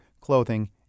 clothing